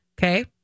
Okay